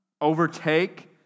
overtake